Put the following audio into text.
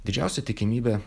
didžiausia tikimybė